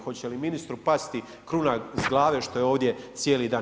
Hoće li ministru pasti kruna s glave što je ovdje cijeli dan?